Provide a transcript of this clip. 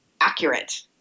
accurate